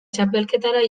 txapelketara